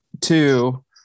two